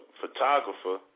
photographer